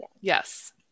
Yes